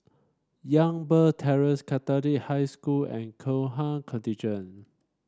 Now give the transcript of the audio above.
Youngberg Terrace Catholic High School and Gurkha Contingent